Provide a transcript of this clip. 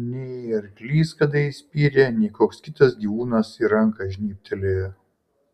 nei arklys kada įspyrė nei koks kitas gyvūnas į ranką žnybtelėjo